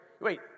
Wait